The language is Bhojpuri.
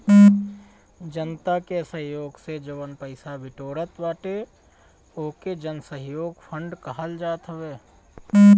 जनता के सहयोग से जवन पईसा बिटोरात बाटे ओके जनसहयोग फंड कहल जात हवे